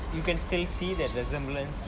you can still see that resemblance